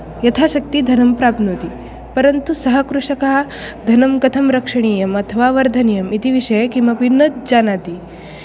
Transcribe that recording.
यथाशक्ति धनं प्राप्नोति परन्तु सः कृषकः धनं कथं रक्षणीयम् अथवा वर्धनीयम् इति विषये किमपि न जानाति